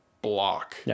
block